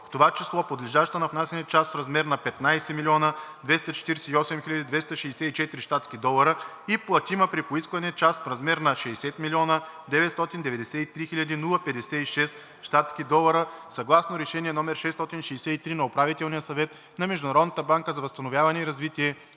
в това число подлежаща на внасяне част в размер на 15 248 264 щатски долара и платима при поискване част в размер на 60 993 056 щатски долара, съгласно Решение № 663 на Управителния съвет на Международната банка за възстановяване и развитие,